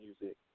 music